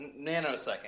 nanosecond